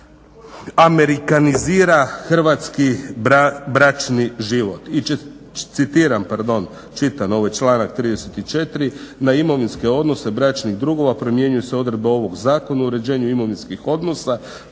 hrvatski bračni život.